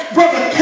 Brother